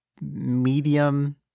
medium